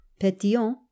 Petillon